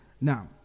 Now